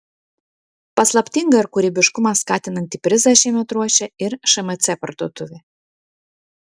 paslaptingą ir kūrybiškumą skatinantį prizą šiemet ruošia ir šmc parduotuvė